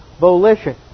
volition